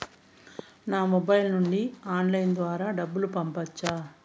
నా మొబైల్ నుండి ఆన్లైన్ ద్వారా డబ్బును పంపొచ్చా